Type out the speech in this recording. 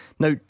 Now